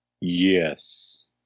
yes